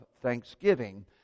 thanksgiving